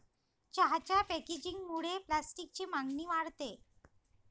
चहाच्या पॅकेजिंगमुळे प्लास्टिकची मागणी वाढते